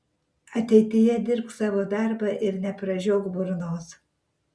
ateityje dirbk savo darbą ir nepražiok burnos